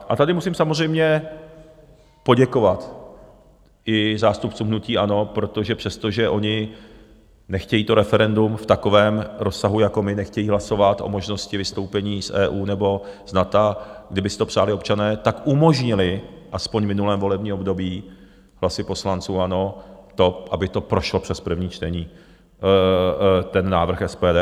A tady musím samozřejmě poděkovat i zástupcům hnutí ANO, protože přestože oni nechtějí referendum v takovém rozsahu jako my, nechtějí hlasovat o možnosti vystoupení z EU nebo z NATO, kdyby si to přáli občané, tak umožnili aspoň v minulém volebním období hlasy poslanců ANO to, aby to prošlo přes první čtení, ten návrh SPD.